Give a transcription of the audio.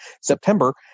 September